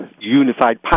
unified